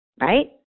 right